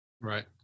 Right